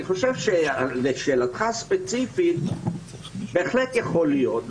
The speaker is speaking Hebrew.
לשאלתך הספציפית בהחלט יכול להיות,